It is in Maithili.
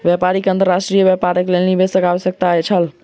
व्यापारी के अंतर्राष्ट्रीय व्यापारक लेल निवेशकक आवश्यकता छल